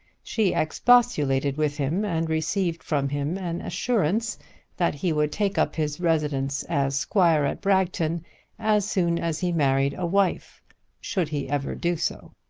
she expostulated with him and received from him an assurance that he would take up his residence as squire at bragton as soon as he married a wife should he ever do so.